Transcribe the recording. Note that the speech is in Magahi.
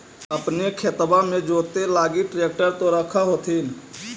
अपने खेतबा मे जोते लगी ट्रेक्टर तो रख होथिन?